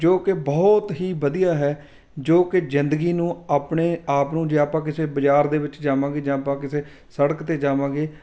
ਜੋ ਕਿ ਬਹੁਤ ਹੀ ਵਧੀਆ ਹੈ ਜੋ ਕਿ ਜ਼ਿੰਦਗੀ ਨੂੰ ਆਪਣੇ ਆਪ ਨੂੰ ਜੇ ਆਪਾਂ ਕਿਸੇ ਬਜ਼ਾਰ ਦੇ ਵਿੱਚ ਜਾਵਾਂਗੇ ਜਾਂ ਆਪਾਂ ਕਿਸੇ ਸੜਕ 'ਤੇ ਜਾਵਾਂਗੇ